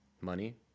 Money